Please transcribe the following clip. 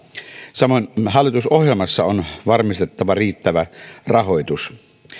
samoin hallitusohjelmassa on varmistettava riittävä rahoitus